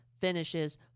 finishes